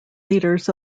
leaders